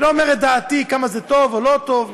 אני לא אומר את דעתי כמה זה טוב או לא טוב,